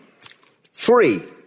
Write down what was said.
Three